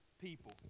people